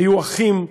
היו אחים,